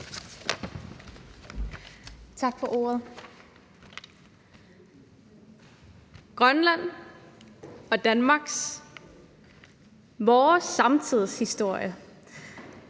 Grønland og Danmarks – vores – samtidshistorie.